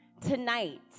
tonight